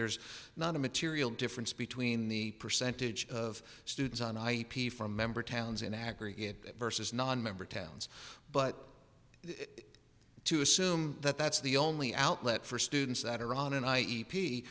there's not a material difference between the percentage of students on ip from member towns in aggregate versus nonmember towns but to assume that that's the only outlet for students that are on and i e p